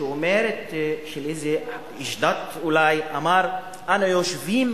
אולי איזה איש דת אמר: אנו יושבים